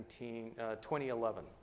2011